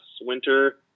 winter